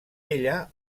ella